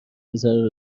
پسره